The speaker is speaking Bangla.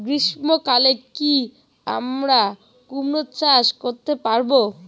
গ্রীষ্ম কালে কি আমরা কুমরো চাষ করতে পারবো?